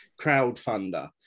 crowdfunder